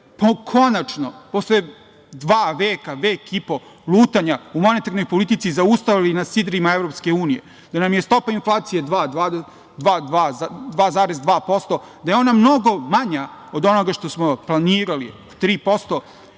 pa u konačno posle dva veka, vek i po lutanja u monetarnoj politici zaustavili na sidrima EU, da nam je stopa inflacije 2,2%, da je ona mnogo manja od onoga što smo planirali, 3%